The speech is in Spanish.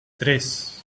tres